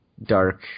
Dark